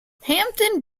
hampton